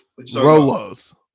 Rolos